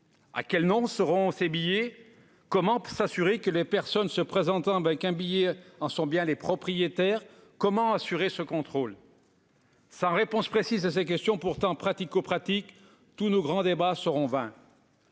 À quel nom seront ces billets ? Comment s'assurer que les personnes se présentant avec un billet en sont bien les propriétaires ? Comment effectuer les contrôles ? Sans réponse précise à ces questions pourtant pratico-pratiques, tous nos grands débats seront vains.